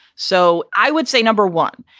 so i would say, number one,